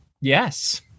Yes